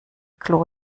klo